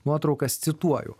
nuotraukas cituoju